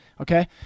okay